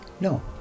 No